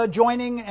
joining